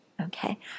Okay